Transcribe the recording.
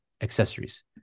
accessories